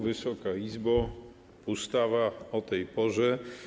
Wysoka Izbo, pustawa o tej porze!